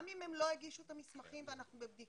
גם אם הם לא הגישו את המסמכים ואנחנו בבדיקה,